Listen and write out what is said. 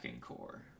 core